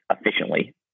efficiently